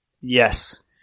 Yes